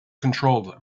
controlled